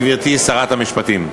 גברתי שרת המשפטים,